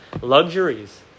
luxuries